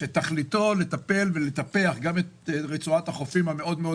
שתכליתו לטפל ולטפח גם את רצועת החופים המאוד מאוד